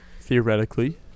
Theoretically